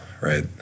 right